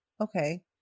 okay